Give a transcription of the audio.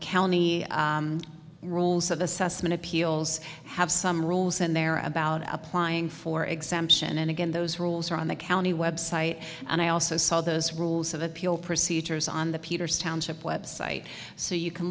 county rules of assessment appeals have some rules and there are about applying for exemption and again those rules are on the county website and i also saw those rules of appeal procedures on the peters township website so you can